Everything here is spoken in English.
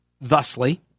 Thusly